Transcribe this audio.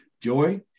Joy